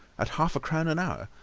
at half-a-crown an hour.